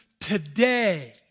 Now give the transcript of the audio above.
today